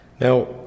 Now